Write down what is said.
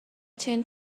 tune